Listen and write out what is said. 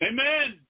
Amen